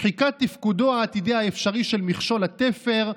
שחיקת תפקודו העתידי האפשרי של מכשול התפר,